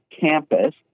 Campus